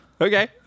Okay